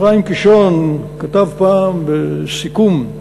אפרים קישון כתב פעם בסיכום: